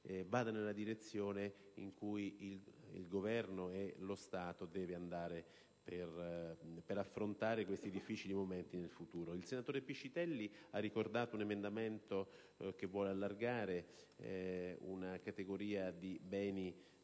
vada nella direzione che il Governo e lo Stato devono seguire per affrontare i difficili momenti del futuro. Il senatore Piscitelli ha ricordato un emendamento che ha lo scopo di allargare una categoria di beni